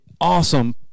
awesome